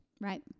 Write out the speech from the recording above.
Right